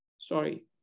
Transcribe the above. sorry